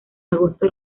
agosto